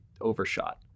overshot